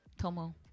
Tomo